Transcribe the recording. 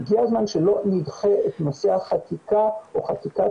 הגיע הזמן שלא נדחה את נושא החקיקה או חקיקת